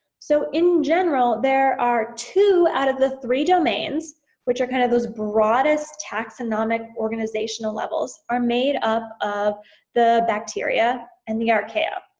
so in general there are two out of the three domains which are kind of those broadest, taxonomic organizational levels, are made up of the bacteria and the archaea.